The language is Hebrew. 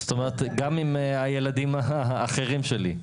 זאת אומרת, גם עם הילדים האחרים שלי.